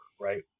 right